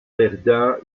verdun